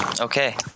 okay